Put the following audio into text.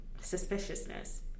suspiciousness